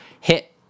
hit